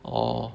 orh